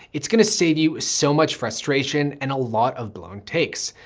it's going to save you so much frustration and a lot of blown takes.